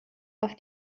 auf